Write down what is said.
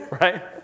right